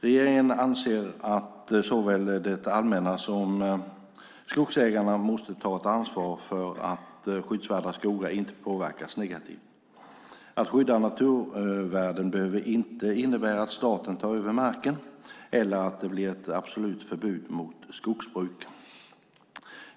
Regeringen anser att såväl det allmänna som skogsägarna måste ta ett ansvar för att skyddsvärda skogar inte ska påverkas negativt. Att skydda naturvärden behöver inte innebära att staten tar över marken eller att det blir ett absolut förbud mot skogsbruk.